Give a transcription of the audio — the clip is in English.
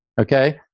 Okay